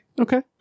Okay